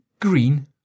green